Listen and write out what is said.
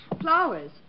Flowers